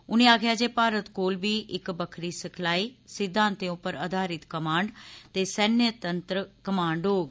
उनें आक्खेआ जे भारत कोल बी इक बक्खरी सिखलाई सिद्दांते उप्पर आधारित कमांड ते सैन्य तंत्र कमांड होग